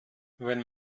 wenn